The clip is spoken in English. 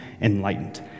Enlightened